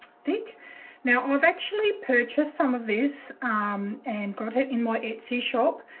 thick now i've actually purchased some of this and got it in my etsy shop.